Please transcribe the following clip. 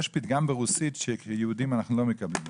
יש פתגם ברוסית שכיהודים אנחנו לא מקבלים אותו,